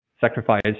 sacrifice